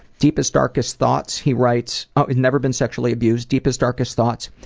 deepest, darkest thoughts? he writes never been sexually abused. deepest, darkest thoughts?